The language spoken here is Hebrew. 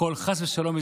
חס ושלום,